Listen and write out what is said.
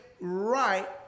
right